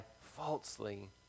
falsely